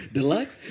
Deluxe